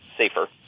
safer